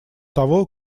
того